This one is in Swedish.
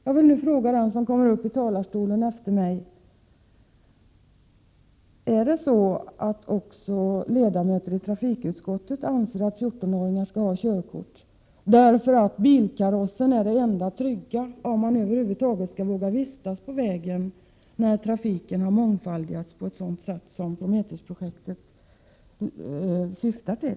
Jag vill fråga den som står efter mig på talarlistan: Är det så, att också ledamöter i trafikutskottet anser att 14-åringar skall ha körkort, därför att man endast skyddad av bilkarossen tryggt kan vistas på vägen —- om man över huvud taget vågar det, när trafiken har mångfaldigats i den omfattning som Prometheus-projektet syftar till?